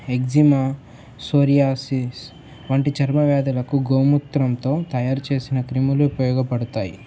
eczema psoriasis వంటి చర్మవ్యాధులకు గోమూత్రంతో తయారు చేేసిన క్రీములు ఉపయోగపడతాయి